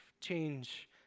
change